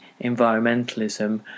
environmentalism